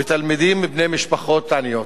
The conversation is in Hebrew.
ותלמידים בני משפחות עניות.